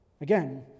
Again